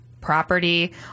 property